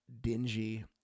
dingy